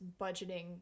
budgeting